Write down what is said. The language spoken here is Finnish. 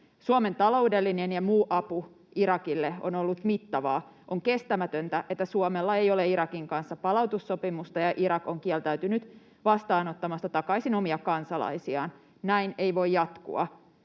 Suomen taloudellinen ja muu apu Irakille on ollut mittavaa. On kestämätöntä, että Suomella ei ole Irakin kanssa palautussopimusta ja että Irak on kieltäytynyt vastaanottamasta takaisin omia kansalaisiaan. Näin ei voi jatkua.